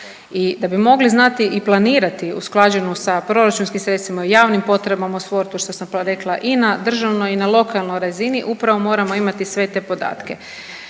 i da bi mogli znati i planirati usklađenu sa proračunskim sredstvima, o javnim potrebama u sportu što sam rekla i na državnoj i na lokalnoj razini upravo moramo imati sve te podatke.